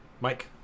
Mike